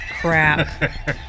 crap